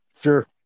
Sure